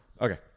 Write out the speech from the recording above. Okay